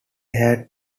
had